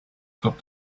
stop